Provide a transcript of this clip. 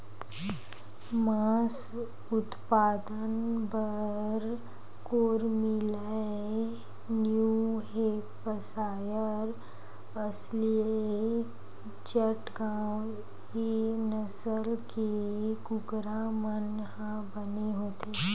मांस उत्पादन बर कोरनिलए न्यूहेपसायर, असीलए चटगाँव ए नसल के कुकरा मन ह बने होथे